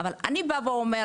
אבל אני אומרת,